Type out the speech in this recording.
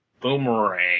boomerang